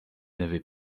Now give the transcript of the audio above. n’avait